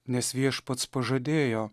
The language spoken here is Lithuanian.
nes viešpats pažadėjo